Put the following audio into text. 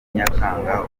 nyakanga